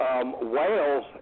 whales